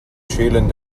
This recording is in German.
schälen